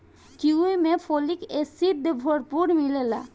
kiwi में folic acid भरपूर मिलेला